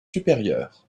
supérieures